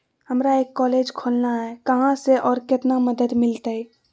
हमरा एक कॉलेज खोलना है, कहा से और कितना मदद मिलतैय?